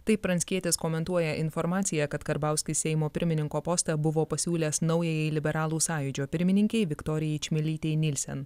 taip pranckietis komentuoja informaciją kad karbauskis seimo pirmininko postą buvo pasiūlęs naujajai liberalų sąjūdžio pirmininkei viktorijai čmilytei nilsen